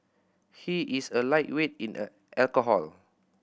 he is a lightweight in a alcohol